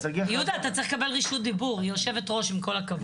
יהודה אתה צריך לקבל רשות דיבור מיושבת הראש עם כל הכבוד,